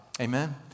Amen